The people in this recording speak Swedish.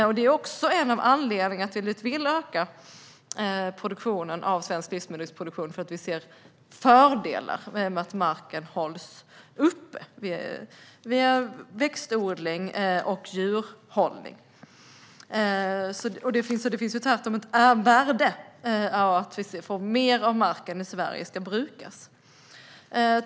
Detta är också en av anledningarna till att vi vill öka den svenska livsmedelsproduktionen: Vi ser fördelar med att marken hålls uppe via växtodling och djurhållning. Det finns tvärtom ett värde i att mer av marken i Sverige brukas.